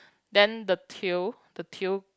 then the tail the tail